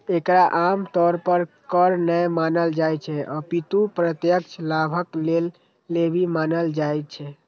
एकरा आम तौर पर कर नै मानल जाइ छै, अपितु प्रत्यक्ष लाभक लेल लेवी मानल जाइ छै